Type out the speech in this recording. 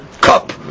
cup